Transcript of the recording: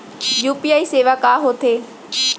UPI सेवाएं का होथे?